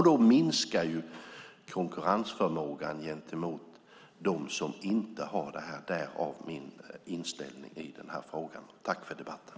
Då minskar konkurrensförmågan gentemot dem som inte har detta obligatorium - därav min inställning i frågan.